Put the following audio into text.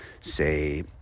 say